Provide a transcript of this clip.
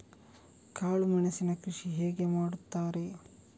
ಕಾಳು ಮೆಣಸಿನ ಕೃಷಿ ಹೇಗೆ ಮಾಡುತ್ತಾರೆ?